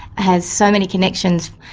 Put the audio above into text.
has so many connections,